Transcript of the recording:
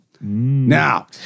Now